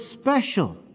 special